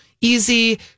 easy